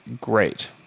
great